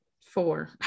four